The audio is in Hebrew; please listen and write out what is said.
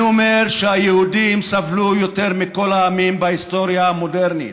אני אומר שהיהודים סבלו יותר מכל העמים בהיסטוריה המודרנית,